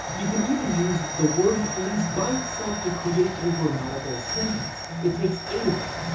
you can even use the word police by itself to create a grammatical sentence. it takes eight of them.